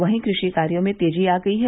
वहीं कृषि कार्यो में तेजी आ गयी है